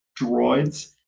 droids